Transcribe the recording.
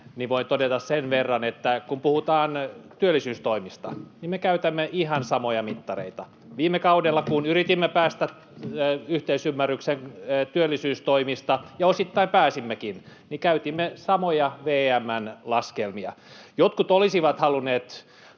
niin voin todeta sen verran, että kun puhutaan työllisyystoimista, me käytämme ihan samoja mittareita. Viime kaudella, kun yritimme päästä yhteisymmärrykseen työllisyystoimista, ja osittain pääsimmekin, käytimme samoja VM:n laskelmia. Jotkut olisivat halunneet